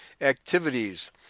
activities